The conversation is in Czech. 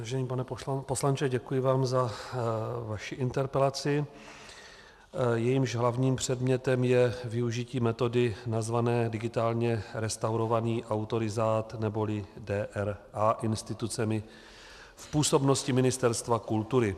Vážený pane poslanče, děkuji vám za vaši interpelaci, jejímž hlavním předmětem je využití metody nazvané digitálně restaurovaný autorizát, neboli DRA, institucemi v působnosti Ministerstva kultury.